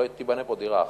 לא תיבנה פה דירה אחת.